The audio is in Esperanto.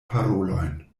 parolojn